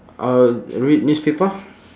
I will read newspaper